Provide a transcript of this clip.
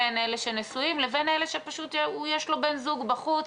בין אלה שנשואים לבין אלה שפשוט יש לו בן זוג בחוץ,